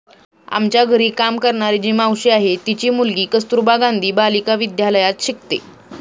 आमच्या घरी काम करणारी जी मावशी आहे, तिची मुलगी कस्तुरबा गांधी बालिका विद्यालयात शिकते